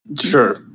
Sure